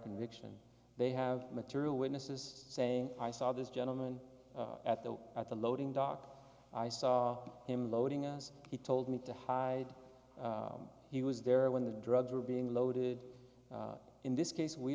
conviction they have material witnesses saying i saw this gentleman at the at the loading dock i saw him loading as he told me to hide he was there when the drugs were being loaded in this case we